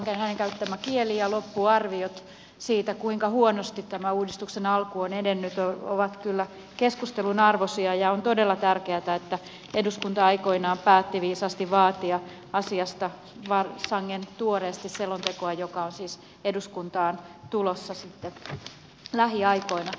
hänen käyttämänsä kieli ja loppuarviot siitä kuinka huonosti tämä uudistuksen alku on edennyt ovat kyllä keskustelun arvoisia ja on todella tärkeätä että eduskunta aikoinaan päätti viisaasti vaatia asiasta sangen tuoreesti selontekoa joka on siis eduskuntaan tulossa sitten lähiaikoina